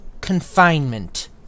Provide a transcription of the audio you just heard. confinement